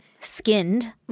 skinned